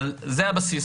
זה הבסיס.